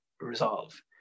resolve